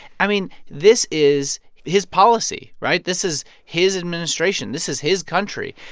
i mean, this is his policy, right? this is his administration. this is his country.